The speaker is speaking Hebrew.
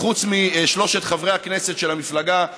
כי חוץ משלושת חברי הכנסת של המפלגה,